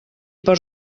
per